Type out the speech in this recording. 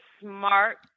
smart